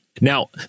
Now